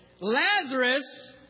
Lazarus